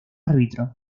árbitro